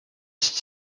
six